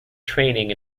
training